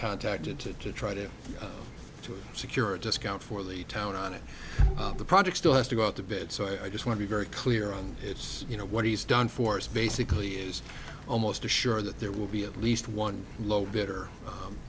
contacted to try to secure a discount for the town on it the project still has to go out to bed so i just want to be very clear on it's you know what he's done for us basically is almost assure that there will be at least one low bidder